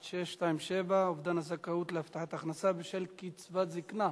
1627: אובדן הזכאות להבטחת הכנסה בשל קצבת זיקנה.